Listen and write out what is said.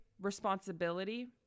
responsibility